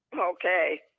Okay